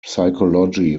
psychology